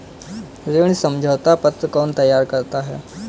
ऋण समझौता पत्र कौन तैयार करता है?